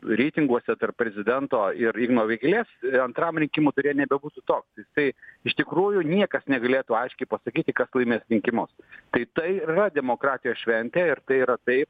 reitinguose tarp prezidento ir igno vėgėlės antram rinkimų ture nebebūtų toks jisai iš tikrųjų niekas negalėtų aiškiai pasakyti kas laimės rinkimus tai tai ir yra demokratijos šventė ir tai yra tai